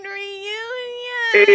reunion